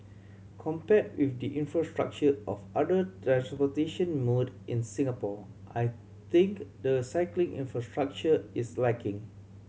compared with the infrastructure of other transportation mode in Singapore I think the cycling infrastructure is lacking